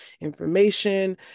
information